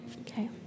Okay